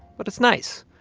but it's nice.